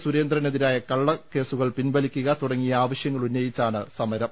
സുരേന്ദ്രനെതിരായ കള്ളക്കേസുകൾ പിൻവലിക്കുക തുടങ്ങിയ ആവശ്യങ്ങളുന്ന യിച്ചാണ് സമരം